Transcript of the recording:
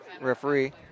referee